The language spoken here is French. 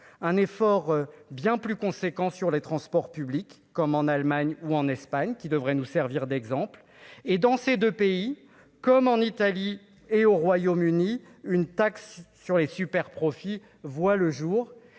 un effort bien plus conséquents sur les transports publics, comme en Allemagne ou en Espagne, qui devrait nous servir d'exemple et dans ces 2 pays comme en Italie et au Royaume-Uni, une taxe sur les superprofits voit le jour,